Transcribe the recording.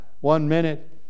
one-minute